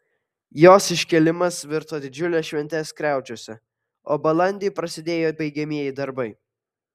jos iškėlimas virto didžiule švente skriaudžiuose o balandį prasidėjo baigiamieji darbai